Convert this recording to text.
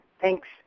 Thanks